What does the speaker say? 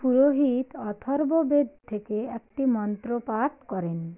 পুরোহিত অথর্ববেদ থেকে একটি মন্ত্র পাঠ করেন